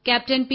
captain P